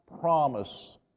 promise